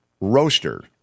roaster